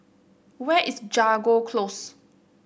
where is Jago Close